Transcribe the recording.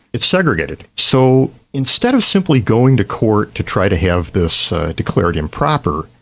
it's segregated, so instead of simply going to court to try to have this declared improper,